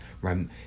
right